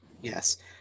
yes